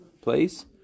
place